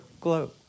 globe